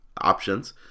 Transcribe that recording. options